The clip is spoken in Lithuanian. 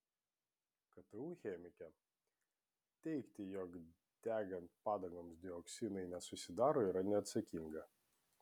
ktu chemikė teigti jog degant padangoms dioksinai nesusidaro yra neatsakinga